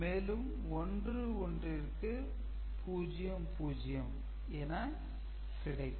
மேலும் 1 1 ற்கு 0 0 என கிடைக்கும்